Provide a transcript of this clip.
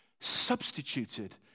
substituted